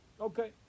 Okay